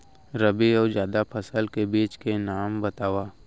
रबि अऊ जादा फसल के बीज के नाम बताव?